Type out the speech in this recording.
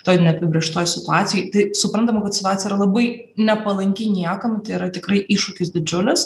toj neapibrėžtoj situacijoj tai suprantama kad situacija labai nepalanki niekam tai yra tikrai iššūkis didžiulis